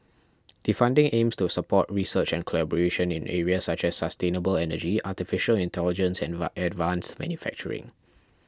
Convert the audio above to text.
the funding aims to support research and collaboration in areas such as sustainable energy Artificial Intelligence and advanced manufacturing